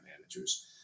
managers